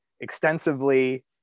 extensively